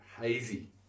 hazy